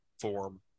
form